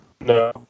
No